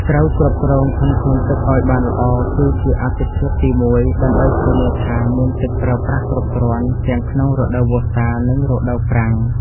ត្រូវគ្រប់គ្រងធនធានទឹកឱ្យបានល្អគឺជាអាទិភាពទីមួយដើម្បីធានាថាមានទឹកប្រើប្រាស់គ្រប់គ្រាន់ទាំងក្នុងរដូវវស្សានិងរដូវប្រាំង។